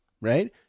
right